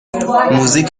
موزیک